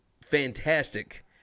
fantastic